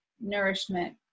nourishment